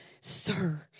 Sir